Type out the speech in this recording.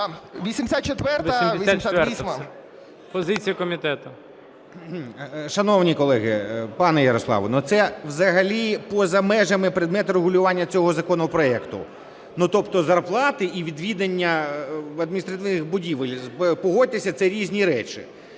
13:31:59 ПОТУРАЄВ М.Р. Шановні колеги, пане Ярославе, це взагалі поза межами предмету регулювання цього законопроекту. Тобто зарплати і відвідування адміністративних будівель, погодьтеся, це різні речі.